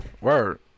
Word